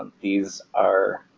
these are.